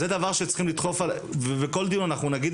זה דבר שצריכים לדחוף אליו ובכל דיון אנחנו נגיד